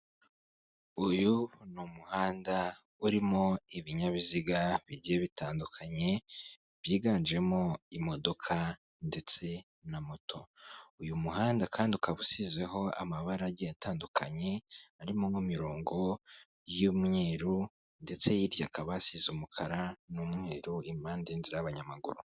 Uyu ni umuhanda urimo ibinyabiziga bigiye bitandukanye, byiganjemo imodoka ndetse na moto, uyu muhanda kandi ukaba usizeho amabarage atandukanye, arimo nk'imirongo y'umweru ndetse hirya akaba asize umukara n'umweru impande inzira y'abanyamaguru.